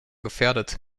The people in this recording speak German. gefährdet